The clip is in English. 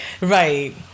Right